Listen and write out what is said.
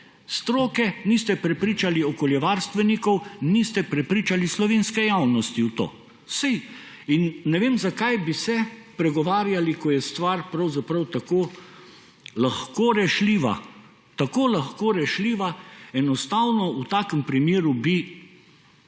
stroke, niste prepričali okoljevarstvenikov, niste prepričali slovenske javnosti v to. Ne vem, zakaj bi se pregovarjali, ko je stvar pravzaprav tako lahko rešljiva. Enostavno v takem primeru bi